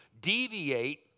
deviate